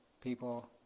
people